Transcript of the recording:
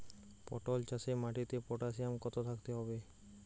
পটল চাষে মাটিতে পটাশিয়াম কত থাকতে হবে?